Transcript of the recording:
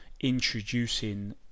introducing